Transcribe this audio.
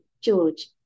George